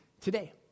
today